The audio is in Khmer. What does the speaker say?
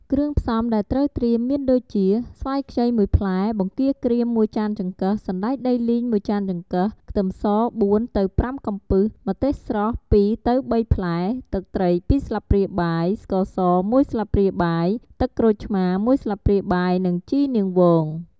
គ្រឿងផ្សំដែលត្រូវត្រៀមមានដូចជា ស្វាយខ្ចី ១ ផ្លែ បង្គាក្រៀម ១ ចានចង្កឹះ សណ្ដែកដីលីង ១ ចានចង្កឹះ ខ្ទឹមស ៤ ទៅ ៥ កំពឹស ម្ទេសស្រស់ ២ ទៅ ៣ ផ្លែ ទឹកត្រី ២ ស្លាបព្រាបាយ ស្ករស ១ ស្លាបព្រាបាយ ទឹកក្រូចឆ្មារ ១ ស្លាបព្រាបាយ និង ជីនាងវង។